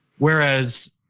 whereas,